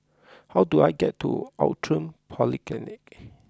how do I get to Outram Polyclinic